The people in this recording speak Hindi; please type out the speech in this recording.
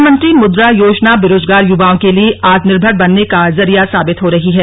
प्रधानमंत्री मुद्रा योजना बेरोजगार युवाओं के लिए आत्मनिर्भर बनने का जरिया साबित हो रहा है